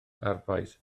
arfbais